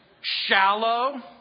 Shallow